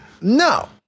no